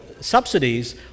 subsidies